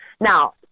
Now